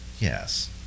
Yes